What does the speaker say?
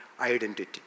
identity